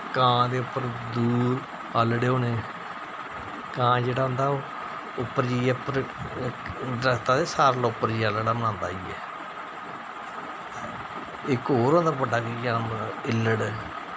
कां दे उप्पर दूर आह्लड़े होने कां जेहड़ा होंदा ओह् उप्पर जाइयै उप्पर दरखता च सारें कोला उप्पर जाइयै आहलड़ा बनांदा इक होर होंदा बड्डा किश जानवर इल्लड़